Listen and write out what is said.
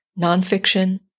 nonfiction